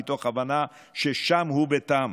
מתוך הבנה ששם הוא ביתם.